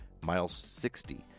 MILES60